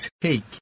take